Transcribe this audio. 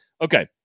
Okay